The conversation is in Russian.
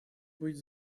быть